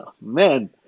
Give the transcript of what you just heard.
Man